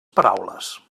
paraules